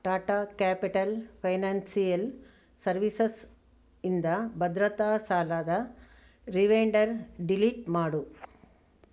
Tata capital financial ಸರ್ವೀಸಸಿಂದ ಭದ್ರತಾ ಸಾಲದ ರಿವೆಂಡರ್ ಡಿಲೀಟ್ ಮಾಡು